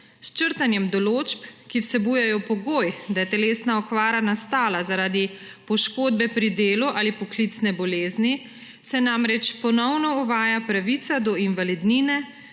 S črtanjem določb, ki vsebujejo pogoj, da je telesna okvara nastala zaradi poškodbe pri delu ali poklicne bolezni, se namreč ponovno uvaja pravica do invalidnine